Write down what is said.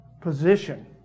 position